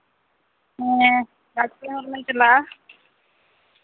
ᱦᱮᱸ ᱵᱟᱨ ᱯᱮ ᱦᱚᱲᱞᱮ ᱪᱟᱞᱟᱜᱼᱟ